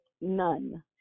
none